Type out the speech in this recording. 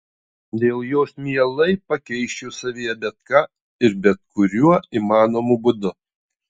dėl jos mielai pakeisčiau savyje bet ką ir bet kuriuo įmanomu būdu